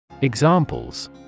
Examples